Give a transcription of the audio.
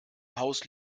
haus